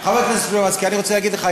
חבר הכנסת סלומינסקי, אני רוצה להגיד לך: